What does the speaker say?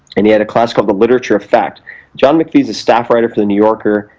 and he had a class called the literature of fact john mcphee is a staff writer for the new yorker,